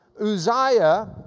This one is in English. Uzziah